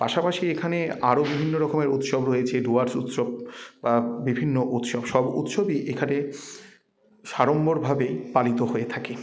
পাশাপাশি এখানে আরও বিভিন্ন রকমের উৎসব রয়েছে ডুয়ার্স উৎসব বা বিভিন্ন উৎসব সব উৎসবই এখানে সাড়ম্বরভাবে পালিত হয়ে থাকে